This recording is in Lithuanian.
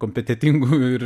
kompetetingų ir